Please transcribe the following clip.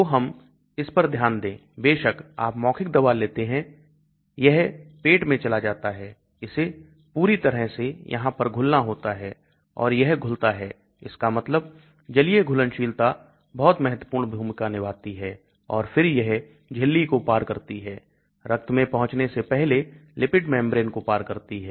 तो हम इस पर ध्यान दें बेशक आप मौखिक दवा लेते हैं यह मैं पेट में चला जाता है इसे पूरी तरह से यहां पर घुलना होता है और यह घुलता है इसका मतलब जलीय घुलनशीलता बहुत महत्वपूर्ण भूमिका निभाती है और फिर यह झिल्ली को पार करती है रक्त में पहुंचने से पहले lipid membrane को पार करती है